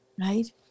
right